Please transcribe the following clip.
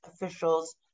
officials